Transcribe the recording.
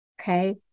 Okay